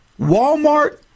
Walmart